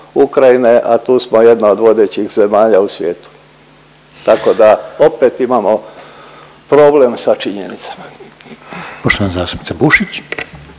Ukrajine a tu smo jedna od vodećih zemalja u svijetu. Tako da opet imamo problem sa činjenicama.